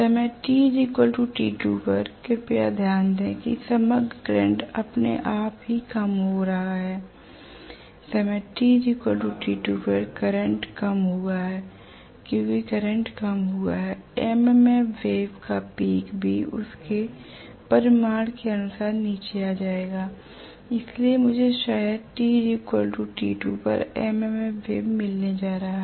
समय tt2 पर कृपया ध्यान दें कि समग्र करंट अपने आप ही कम हो गया है समय tt2 पर करंट कम हुआ है क्योंकि करंट कम हुआ है MMF वेव का पीक भी उसके परिमाण के अनुसार नीचे आ जाएगा इसलिए मुझे शायद समय tt2 पर MMF वेव मिलने जा रहा है